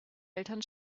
eltern